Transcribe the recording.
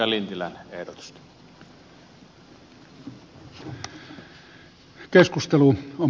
kannatan edustaja lintilän ehdotuksia